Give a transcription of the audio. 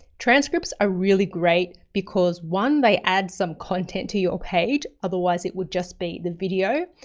transcripts are really great because one, they add some content to your page, otherwise it would just be the video.